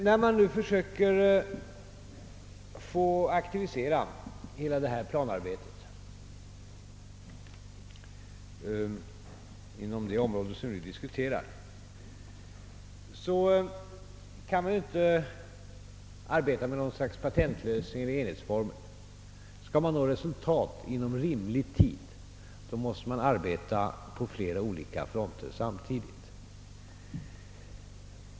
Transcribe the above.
När man nu försöker aktivisera hela planarbetet inom det område, som vi nu diskuterar, kan man ju inte arbeta med något slags patentlösning eller enhetsformel. Skall man nå resultat inom rimlig tid måste man arbeta på flera olika fronter samtidigt.